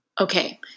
Okay